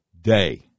Day